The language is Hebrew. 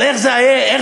אבל איך זה ייראה,